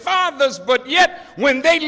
fathers but yet when they